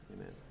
amen